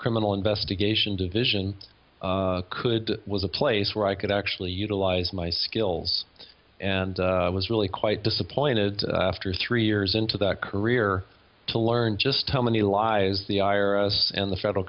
criminal investigation division could was a place where i could actually utilize my skills and it was really quite disappointed after three years into that career to learn just how many lies the iris and the federal